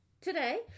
today